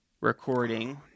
recording